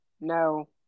No